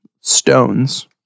stones